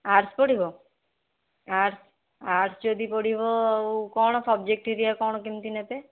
arts ପଢ଼ିବ arts arts ଯଦି ପଢ଼ିବ ଆଉ କ'ଣ ସବ୍ଜେକ୍ଟ ହେରିକା କ'ଣ କେମିତି ନେବେ